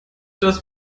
das